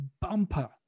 bumper